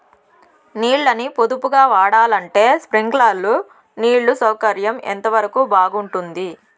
నీళ్ళ ని పొదుపుగా వాడాలంటే స్ప్రింక్లర్లు నీళ్లు సౌకర్యం ఎంతవరకు బాగుంటుంది?